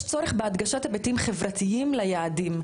יש צורך בהדגשת היבטים חברתיים ליעדים.